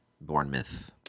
Bournemouth